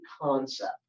concept